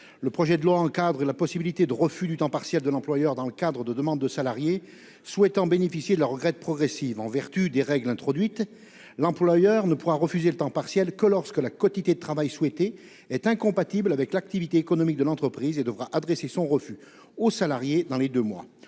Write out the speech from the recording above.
Le projet de loi encadre les possibilités de refus de temps partiel de l'employeur en cas de demandes de salariés souhaitant bénéficier de la retraite progressive. En vertu des règles introduites, l'employeur ne pourra refuser le temps partiel que lorsque la quotité de travail souhaitée est incompatible avec l'activité économique de l'entreprise. Il devra adresser son refus au salarié dans les deux mois.